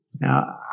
Now